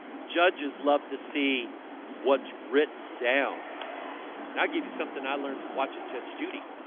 judges, love to see what's written down and i'll give you something i learned from watching judge judy